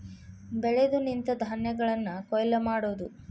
ಬೆಳೆದು ನಿಂತ ಧಾನ್ಯಗಳನ್ನ ಕೊಯ್ಲ ಮಾಡುದು